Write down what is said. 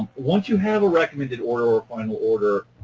once you have a recommended order or final order,